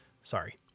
Sorry